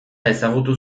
ezagutu